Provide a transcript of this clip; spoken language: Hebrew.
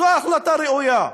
זו החלטה ראויה.